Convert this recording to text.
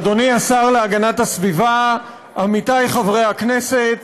אדוני השר להגנת הסביבה, עמיתי חברי הכנסת,